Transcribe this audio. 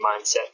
mindset